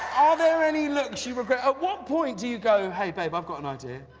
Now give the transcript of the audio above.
ah there any looks you regret. at what point do you go hey, babe, i've got an idea.